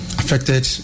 affected